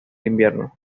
invierno